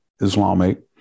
Islamic